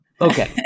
Okay